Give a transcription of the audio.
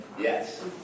Yes